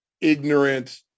ignorant